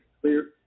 clear